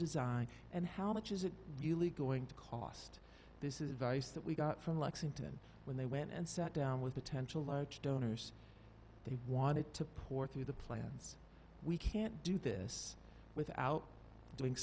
design and how much is it really going to cost this is advice that we got from lexington when they went and sat down with potential large donors they wanted to pour through the plans we can't do this without doing